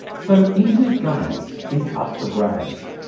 so internet governance is up for grabs,